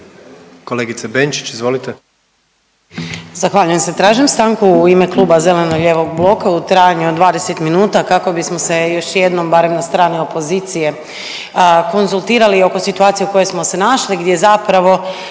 Kolegice Benčić, izvolite.